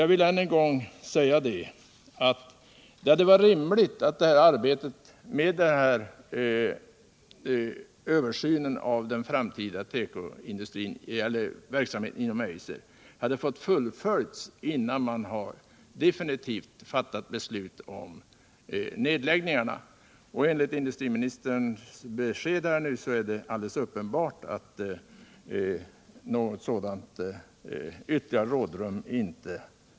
Jag vill än en gång säga att det hade varit rimligt att arbetet med översynen av den framtida tekoindustrin och verksamheten inom Eiser hade fått fullföljas innan man definitivt fattat beslut om nedläggningarna. Enligt industriministerns besked här är det emellertid uppenbart att han inte är beredd att ge något ytterligare rådrum.